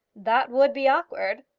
that would be awkward.